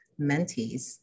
mentees